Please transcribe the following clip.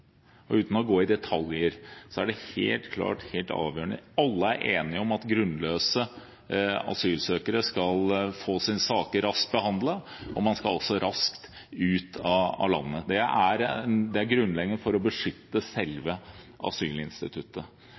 ‒ uten å gå i detaljer ‒ er det helt avgjørende, og alle er enige om, at grunnløse asylsøkere får sine saker raskt behandlet. De skal også raskt ut av landet. Det er grunnleggende for å beskytte selve asylinstituttet.